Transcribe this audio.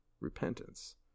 repentance